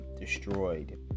destroyed